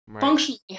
functionally